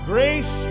Grace